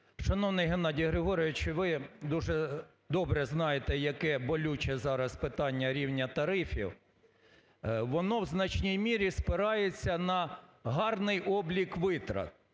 Шановний Геннадію Григоровичу, ви дуже добре знаєте, яке болюче зараз питання рівня тарифів. Воно в значній мірі спирається на гарний облік витрат.